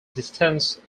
distance